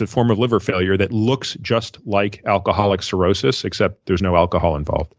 a form of liver failure that looks just like alcoholic cirrhosis except there's no alcohol involved.